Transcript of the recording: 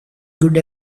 good